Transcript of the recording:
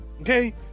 okay